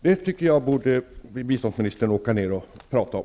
Det tycker jag att biståndsministern borde åka ner och prata om.